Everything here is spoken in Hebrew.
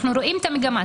אנחנו רואים את המגמה.